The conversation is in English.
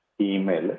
email